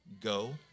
Go